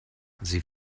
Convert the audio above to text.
sie